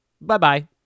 Bye-bye